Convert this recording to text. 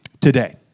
today